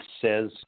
says